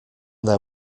there